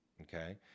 okay